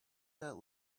that